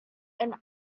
and